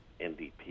NDP